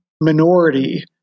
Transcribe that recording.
minority